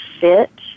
fit